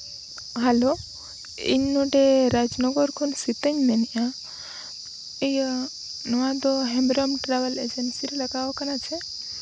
hello ᱤᱧ ᱱᱚᱰᱮ ᱨᱟᱡᱽᱱᱚᱜᱚᱨ ᱠᱷᱚᱱ ᱥᱤᱛᱟᱹᱧ ᱢᱮᱱᱮᱫᱼᱟ ᱤᱭᱟᱹ ᱱᱚᱣᱟ ᱫᱚ ᱦᱮᱢᱵᱨᱚᱢ ᱴᱨᱟᱵᱷᱮᱞ ᱮᱡᱮᱱᱥᱤ ᱨᱮ ᱞᱟᱜᱟᱣ ᱠᱟᱱᱟ ᱥᱮ